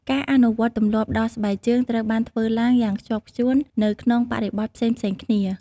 ការអនុវត្តទម្លាប់ដោះស្បែកជើងត្រូវបានធ្វើឡើងយ៉ាងខ្ជាប់ខ្ជួននៅក្នុងបរិបទផ្សេងៗគ្នា។